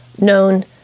known